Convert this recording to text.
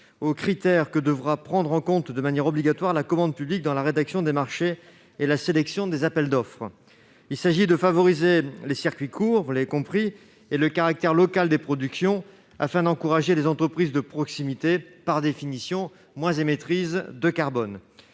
aux critères que devra prendre en compte de manière obligatoire la commande publique dans la rédaction et la sélection des appels d'offres. Vous l'avez compris, il s'agit de favoriser les circuits courts et le caractère local des productions, afin d'encourager les entreprises de proximité, par définition moins émettrices de carbone.